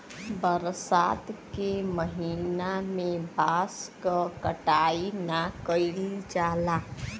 बरसात के महिना में बांस क कटाई ना कइल जाला